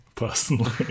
Personally